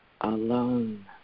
alone